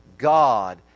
God